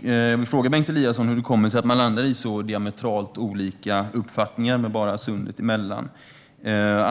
Jag vill fråga Bengt Eliasson hur det kommer sig att man har landat i så diametralt olika uppfattningar med bara Sundet mellan oss.